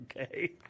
Okay